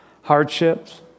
hardships